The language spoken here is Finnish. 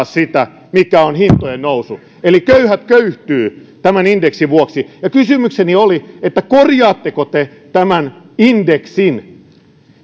sitä mikä on hintojen nousu eli köyhät köyhtyvät tämän indeksin vuoksi ja kysymykseni oli korjaatteko te tämän indeksin